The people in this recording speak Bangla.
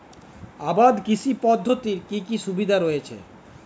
আবাদ কৃষি পদ্ধতির কি কি সুবিধা রয়েছে?